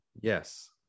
Yes